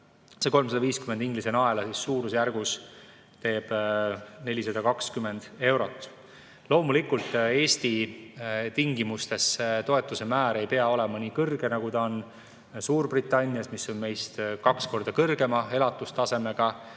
See 350 Inglise naela teeb suurusjärgus 420 eurot. Loomulikult, Eesti tingimustes ei pea see toetuse määr olema nii kõrge, nagu ta on Suurbritannias, mis on meist kaks korda kõrgema elatustasemega